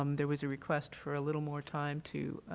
um there was a request for a little more time to